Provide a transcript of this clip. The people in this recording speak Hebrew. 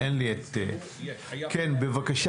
בבקשה.